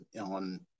on